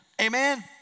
Amen